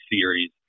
series